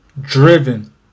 driven